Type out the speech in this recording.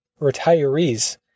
retirees